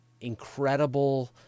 incredible